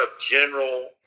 general